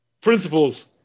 principles